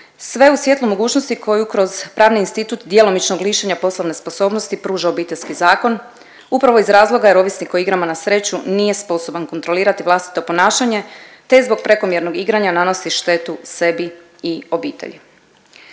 sve u svjetlu mogućnosti koju kroz pravni institut djelomičnog lišenja poslovne sposobnosti pruža Obiteljski zakon upravo iz razloga jer ovisnik o igrama na sreću nije sposoban kontrolirati vlastito ponašanje, te zbog prekomjernog igranja nanosi štetu sebi i obitelji.